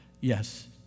yes